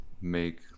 make